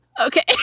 Okay